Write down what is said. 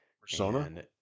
Persona